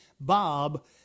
bob